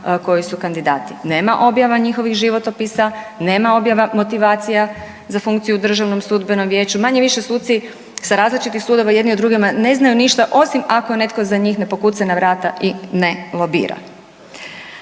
koji su kandidati. Nema objava njihovih životopisa, nema objava motivacija za funkciju u Državnom sudbenom vijeću. Manje-više suci sa različitih sudova jedni o drugima ne znaju ništa osim ako za njih ne pokuca na vrata i ne lobira.